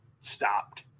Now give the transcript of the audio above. stopped